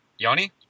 Yoni